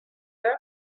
heure